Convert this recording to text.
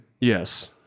Yes